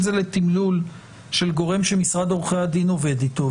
זה לתמלול של גורם שמשרד עורכי הדין עובד אתו.